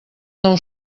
nou